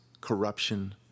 Corruption